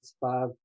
five